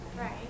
Right